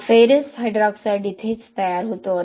हा ferrous hydroxide इथेच तयार होतो